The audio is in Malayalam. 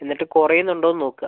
എന്നിട്ട് കുറയുന്നുണ്ടോ എന്ന് നോക്കുക